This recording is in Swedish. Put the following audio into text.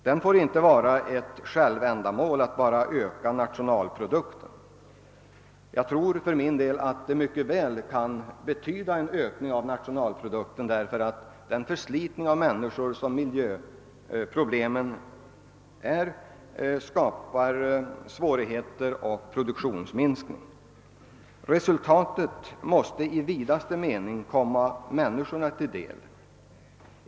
Det får inte vara ett självändamål att bara öka nationalprodukten. Jag tror för min del att förebyggande åtgärder mycket väl kan betyda en ökning av nationalprodukten, därför att den förslitning av människan som miljöproblemen innebär skapar personliga svårigheter och produktionsminskningar. Resultatet måste i vidaste mening komma människorna till del.